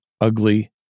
ugly